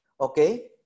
Okay